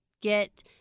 get